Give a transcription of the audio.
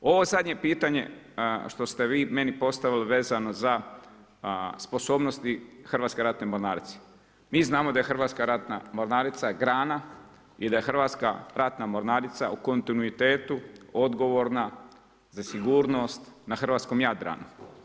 Ovo zadnje pitanje, što ste vi meni postavili vezano za sposobnosti Hrvatske ratne mornarice, mi znamo da je Hrvatska ratna mornarica grana i da Hrvatska ratna mornarica u kontinuitetu odgovorna za sigurnost na hrvatskom Jadranu.